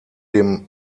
dem